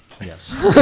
Yes